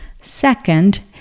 second